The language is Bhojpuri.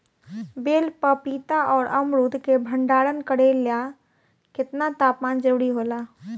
बेल पपीता और अमरुद के भंडारण करेला केतना तापमान जरुरी होला?